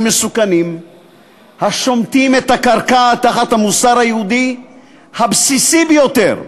מסוכנים השומטים את הקרקע מתחת המוסר היהודי הבסיסי ביותר?